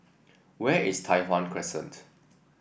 where is Tai Hwan Crescent